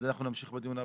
זה אנחנו נמשיך בדיון הבא.